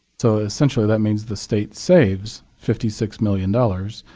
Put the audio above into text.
so essentially, that means the state saves fifty six million dollars